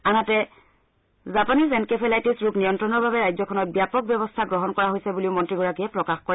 আনহাতে Japanese encephalitis ৰোগ নিয়ন্ত্ৰণৰ বাবে ব্যাপক ব্যৱস্থা গ্ৰহণ কৰা হৈছে বুলি মন্ত্ৰীগৰাকীযে প্ৰকাশ কৰে